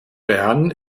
bern